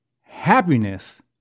happiness